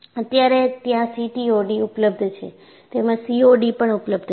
અત્યારે ત્યાં સીટીઓડી ઉપલબ્ધ છે તેમજ સીઓડો પણ ઉપલબ્ધ છે